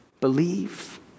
believe